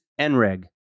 NREG